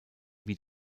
wie